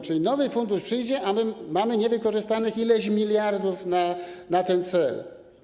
Czyli nowy fundusz przyjdzie, a my mamy niewykorzystanych ileś miliardów na ten cel.